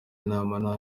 inama